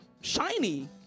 shiny